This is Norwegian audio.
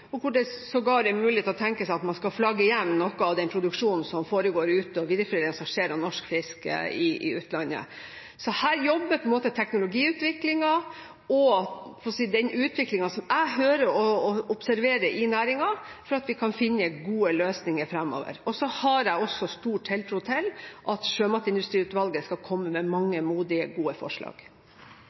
og hvor det sågar er mulig å tenke seg at man skal flagge hjem noe av den produksjonen som foregår ute, og den videreforedlingen som skjer av norsk fisk i utlandet. Så her jobber teknologiutviklingen og den utviklingen som jeg hører om og observerer i næringen, for at vi kan finne gode løsninger fremover. Så har jeg stor tiltro til at Sjømatindustriutvalget skal komme med mange modige, gode forslag.